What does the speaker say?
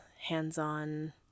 hands-on